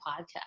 Podcast